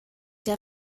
der